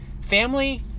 family